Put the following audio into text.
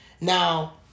Now